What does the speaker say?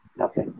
Okay